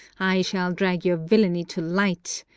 i shall drag your villainy to light!